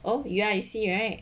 oh ya you see right